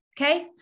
okay